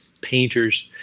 painters